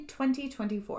2024